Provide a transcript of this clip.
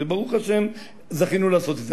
וברוך השם, זכינו לעשות את זה.